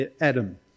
Adam